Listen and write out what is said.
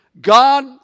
God